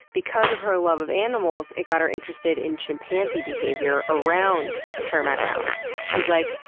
because of her love of animals, it got her interested in chimpanzee behavior around termite mounds. she was like,